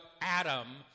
Adam